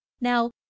Now